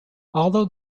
although